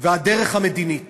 הדרך המדינית